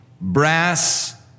brass